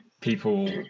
people